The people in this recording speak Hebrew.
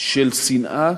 של שנאה